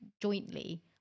jointly